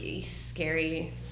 scary